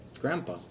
Grandpa